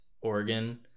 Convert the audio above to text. Oregon